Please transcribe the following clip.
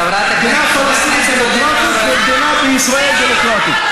מדינה פלסטינית דמוקרטית ומדינה בישראל, דמוקרטית.